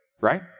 Right